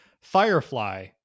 Firefly